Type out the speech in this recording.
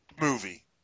movie